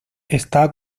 está